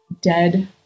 dead